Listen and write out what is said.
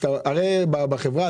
אתה אומר לי שיש